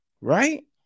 right